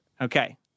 Okay